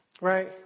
Right